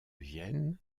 vienne